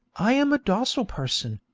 i am a docile person,